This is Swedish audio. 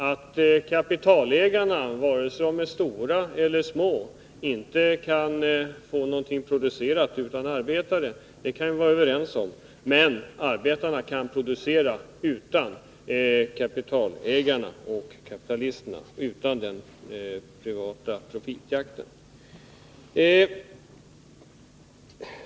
Att kapitalägarna, vare sig de är stora eller små, inte kan få någonting producerat utan arbetare kan vi vara överens om, men arbetarna kan producera utan kapitalägarna och kapitalisterna, utan den privata profitjakten.